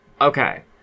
Okay